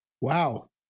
Wow